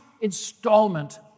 installment